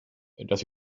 dass